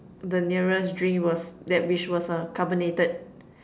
the nearest drink was that which was a carbonated